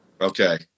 Okay